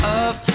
up